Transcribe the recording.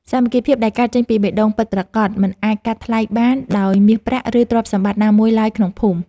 សាមគ្គីភាពដែលកើតចេញពីបេះដូងពិតប្រាកដមិនអាចកាត់ថ្លៃបានដោយមាសប្រាក់ ឬទ្រព្យសម្បត្តិណាមួយឡើយក្នុងភូមិ។